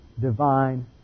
divine